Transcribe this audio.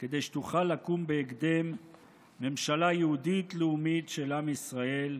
כדי שתוכל לקום בהקדם ממשלה יהודית לאומית של עם ישראל,